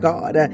God